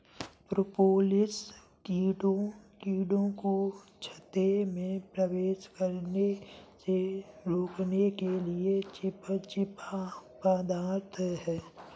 propolis कीड़ों को छत्ते में प्रवेश करने से रोकने के लिए चिपचिपा पदार्थ है